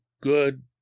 good